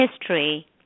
history